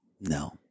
no